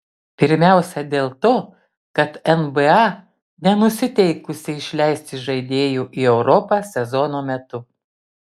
pirmiausia dėl to kad nba nenusiteikusi išleisti žaidėjų į europą sezono metu